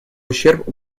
ущерб